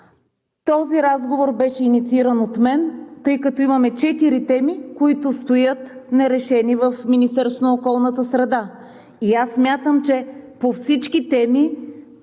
Този разговор беше иницииран от мен, тъй като имаме четири теми, които стоят нерешени в Министерството на околната среда, и аз смятам, че по всички теми